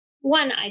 one